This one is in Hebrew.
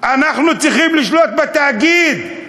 אנחנו צריכים לשלוט בתאגיד,